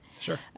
Sure